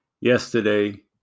yesterday